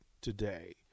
today